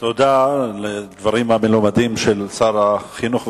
תודה על דברים המלומדים של שר החינוך והתרבות.